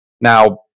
Now